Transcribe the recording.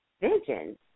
vision